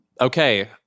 Okay